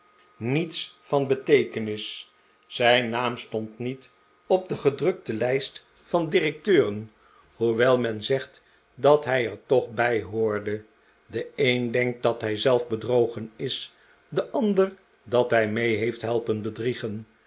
niets van beteekenis zijn naam stond niet op de gedrukte lijst van directeuren hoewel men zegt dat hij er toch bij hoorde de een denkt dat hij zelf bedrogen is de ander dat hij mee heeft helpen bedriegen